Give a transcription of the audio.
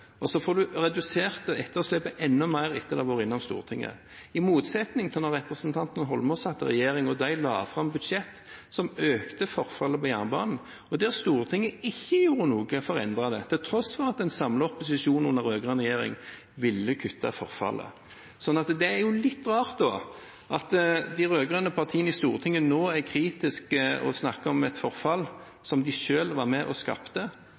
etterslepet enda mer etter at det har vært innom Stortinget – i motsetning til da representanten Holmås satt i regjering og la fram budsjett som økte forfallet på jernbanen, og Stortinget ikke gjorde noe for å endre det til tross for at en samlet opposisjon – under den rød-grønne regjeringen – ville kutte forfallet. Det er litt rart at de rød-grønne partiene i Stortinget nå er kritiske og snakker om et forfall som de selv var med og skapte,